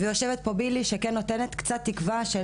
ויושבת פה בילי שכן נותנת קצת תקווה של